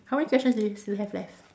how many questions do you still have left